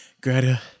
Greta